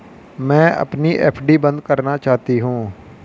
मैं अपनी एफ.डी बंद करना चाहती हूँ